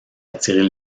attirer